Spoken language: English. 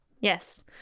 Yes